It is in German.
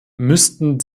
müssten